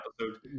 episode